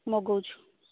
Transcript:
ମଗୋଉଛୁ